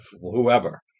whoever